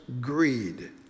greed